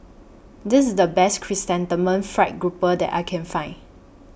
This IS The Best Chrysanthemum Fried Grouper that I Can Find